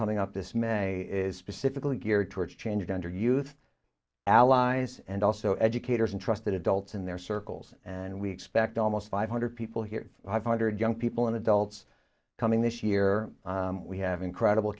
coming up this man is specifically geared towards changing under youth allies and also educators and trusted adults in their circles and we expect almost five hundred people here hundred young people and adults coming this year we have incredible